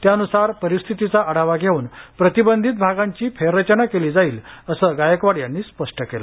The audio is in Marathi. त्यान्सार परिस्थितीचा आढावा घेऊन प्रतिबंधित भागांची फेररचना केली जाईल असं गायकवाड यांनी यावेळी स्पष्ट केलं